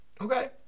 Okay